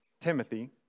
Timothy